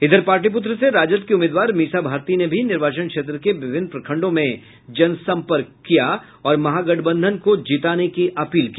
इधर पाटलिपुत्र से राजद के उम्मीदवार मीसा भारती ने भी निर्वाचन क्षेत्र के विभिन्न प्रखंडों में जनसंपर्क किया और महागठबंधन को जीताने की अपील की